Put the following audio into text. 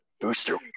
Booster